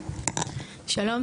שלום,